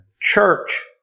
church